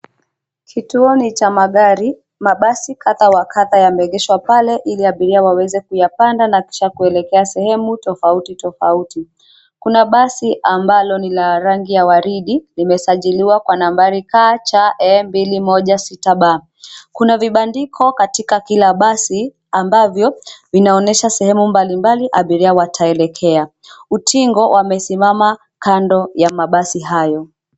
Kituoni cha magari, mabasi kadha wa kadha yameegeshwa pale ili abiria waweze kuyapanda na kisha kuelekea sehemu tofauti tofauti, kuna basi ambalo ni la rangi ya waridi limesajiliwa kwa nambari ya KCE 216B, kuna vibandiko katika kila basi, ambavyo, vinaonyesha sehemu mbali mbali abiria wataelekea, utingo wamesimama, kando ya mabasi hayo.